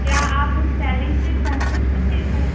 क्या आप उस सैली से संतुष्ट थे सर